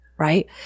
Right